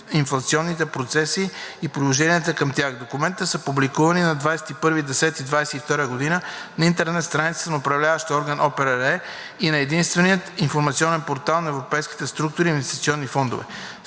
инфлационните процеси и приложенията към тях. Документите са публикувани на 21 октомври 2022 г. на интернет страницата на Управляващия орган на ОПРР и на единствения информационен портал на европейските структури на инвестиционни фондове.